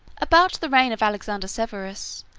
about the reign of alexander severus,